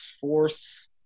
fourth –